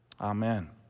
Amen